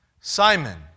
Simon